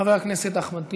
חבר הכנסת אחמד טיבי,